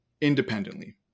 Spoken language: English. independently